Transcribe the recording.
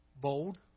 bold